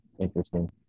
interesting